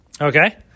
Okay